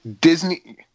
disney